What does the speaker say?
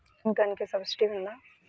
Rain గన్కి సబ్సిడీ ఉందా?